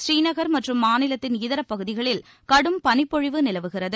புறீநகர் மற்றும் மாநிலத்தின் இதரப் பகுதிகளில் கடும் பனிப்பொழிவு நிலவுகிறது